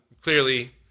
clearly